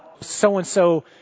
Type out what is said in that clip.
so-and-so